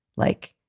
like,